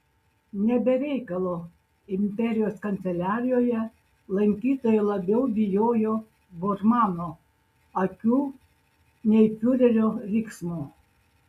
ne be reikalo imperijos kanceliarijoje lankytojai labiau bijojo bormano akių nei fiurerio riksmo